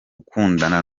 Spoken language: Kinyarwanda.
gukundana